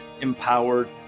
Empowered